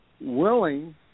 willing